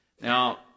Now